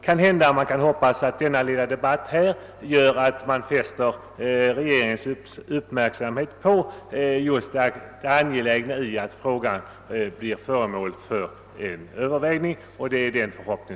Kanhända denna lilla debatt kan fästa regeringens uppmärksamhet på det angelägna i att frågan blir föremål för övervägande.